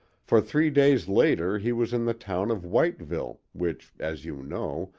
for three days later he was in the town of whiteville, which, as you know,